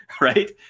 right